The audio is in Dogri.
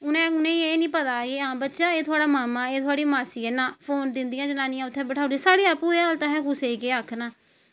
उनें ई एह् निं पता की बच्चा एह् थोह्ड़ा मामा जां थोह्ड़ी मासी ऐ फोन दिंदियां जनानियां उत्थें बैठाई ओड़दे साढ़ी आपूं एह् हालत ऐ असें कुसै ई केह् आक्खना